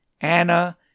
Anna